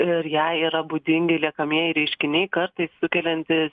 ir jai yra būdingi liekamieji reiškiniai kartais sukeliantys